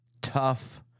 tough